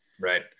right